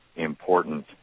Important